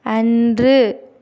அன்று